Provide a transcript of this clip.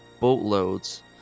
boatloads